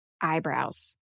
eyebrows